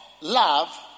love